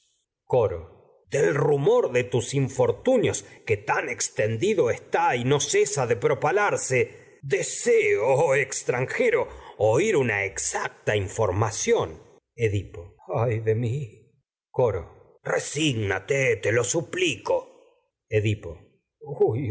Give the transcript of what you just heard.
coro dido del rumor de tus infortunios que tan exten está y no cesa de propalarse deseo oh extranje ro oír una exacta información edipo ay de mi coro edipo resígnate te lo suplico huy